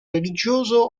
religioso